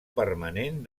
permanent